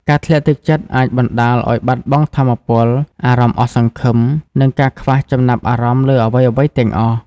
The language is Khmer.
ការធ្លាក់ទឹកចិត្តអាចបណ្តាលឱ្យបាត់បង់ថាមពល អារម្មណ៍អស់សង្ឃឹម និងការខ្វះចំណាប់អារម្មណ៍លើអ្វីៗទាំងអស់។